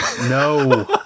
No